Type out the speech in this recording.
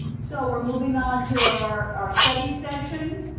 so we're moving on to our our study session.